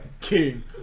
King